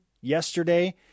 yesterday